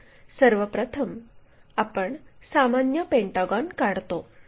तर सर्व प्रथम आपण सामान्य पेंटागॉन काढतो